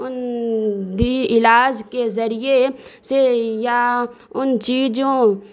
ان دی علاج کے ذریعے سے یا ان چیزوں